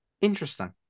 Interesting